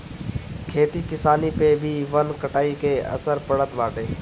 खेती किसानी पअ भी वन कटाई के असर पड़त बाटे